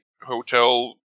hotel